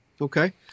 okay